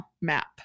Map